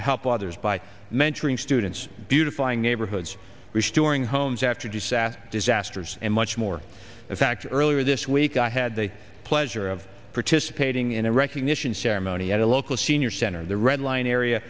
to help others by mentoring students beautifying neighborhoods restoring homes after disaster disasters and much more a fact earlier this week i had the pleasure of participating in a recognition ceremony at a local senior center the red line area